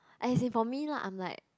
as in for me lah I'm like